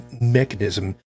mechanism